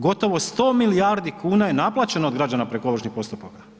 Gotovo 100 milijardi kuna je naplaćeno od građana preko ovršnih postupaka.